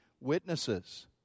witnesses